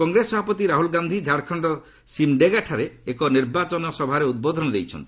କଂଗ୍ରେସ ସଭାପତି ରାହୁଲ ଗାନ୍ଧି ଝାଡ଼ଖଣ୍ଡର ସିମ୍ଡେଗାଠାରେ ଏକ ନିର୍ବାଚନ ସଭାରେ ଉଦ୍ବୋଧନ ଦେଇଛନ୍ତି